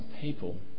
people